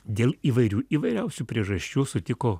dėl įvairių įvairiausių priežasčių sutiko